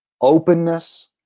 openness